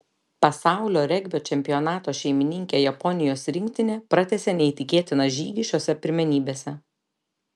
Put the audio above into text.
pasaulio regbio čempionato šeimininkė japonijos rinktinė pratęsė neįtikėtiną žygį šiose pirmenybėse